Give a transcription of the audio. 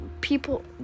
people